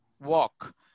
walk